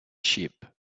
sheep